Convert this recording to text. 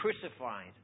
crucified